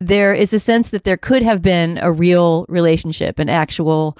there is a sense that there could have been a real relationship, an actual